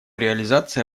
реализация